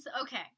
okay